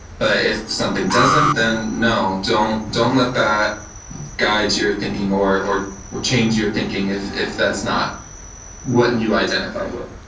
but if something doesn't, then no, don't don't let that guide your thinking or or change your thinking if if that's not what you identify with.